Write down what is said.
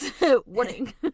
warning